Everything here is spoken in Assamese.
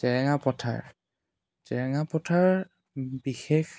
জেৰেঙা পথাৰ জেৰেঙা পথাৰ বিশেষ